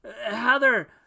Heather